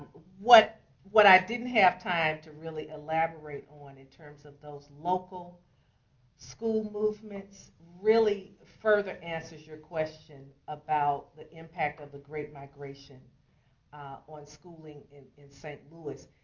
what what i didn't have time to really elaborate on in terms of those local school movements really further answers your question about the impact of the great migration on schooling in in st. louis.